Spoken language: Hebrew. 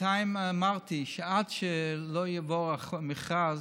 בינתיים אמרתי שעד שלא יבוא מכרז,